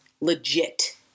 legit